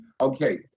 Okay